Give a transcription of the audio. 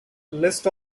list